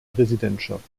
präsidentschaft